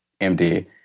MD